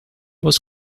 was